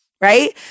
Right